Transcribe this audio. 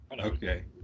Okay